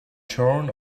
turn